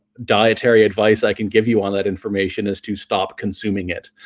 dietary advice i can give you on that information is to stop consuming it